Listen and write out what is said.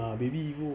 ah baby evo